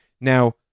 Now